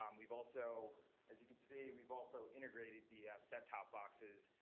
um we've also as you can see, we've also integrated the set top boxes.